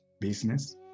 business